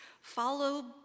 follow